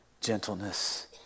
gentleness